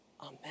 Amen